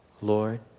Lord